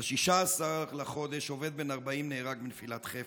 ב-16 בחודש עובד בן 40 נהרג מנפילת חפץ,